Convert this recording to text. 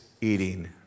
eating